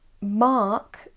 Mark